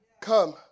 come